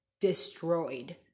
destroyed